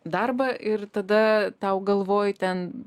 darbą ir tada tau galvoj ten